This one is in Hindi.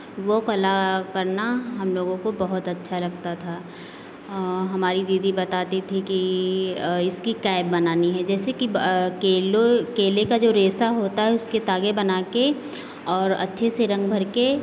वो कला करना हम लोगों को बहुत अच्छा लगता था हमारी दीदी बताती थी कि इसकी कैप बनानी है जैसे कि केलों केले का जो रेशा होता है उसके तागे बना के और अच्छे से रंग भर के